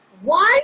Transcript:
One